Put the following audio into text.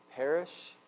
Perish